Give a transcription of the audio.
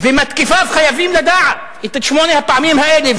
ומתקיפיו חייבים לדעת את שמונה הפעמים האלה,